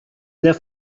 their